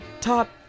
top